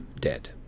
dead